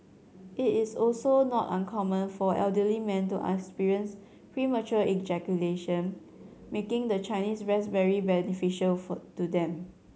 it is also not uncommon for elderly men to experience premature ejaculation making the Chinese raspberry beneficial for to them